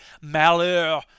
Malheur